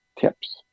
tips